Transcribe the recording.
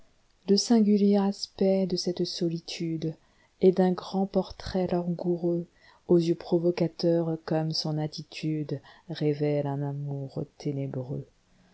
singulier aspect do cette solitude et d'un grand portrait langoureux aux yeux provocateurs comme son attitude révèle un amour ténébreux